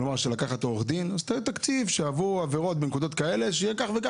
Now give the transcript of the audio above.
שיהיה תקציב לאנשים שעברו עבירות.